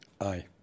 Aye